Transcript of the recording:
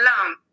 alone